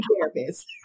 therapist